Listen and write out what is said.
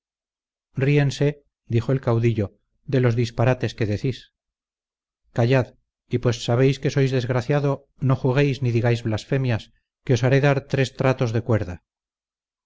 ríense dijo el caudillo de los disparates que decís callad y pues sabéis que sois desgraciado no juguéis ni digáis blasfemias que os haré dar tres tratos de cuerda